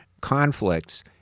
conflicts